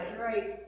right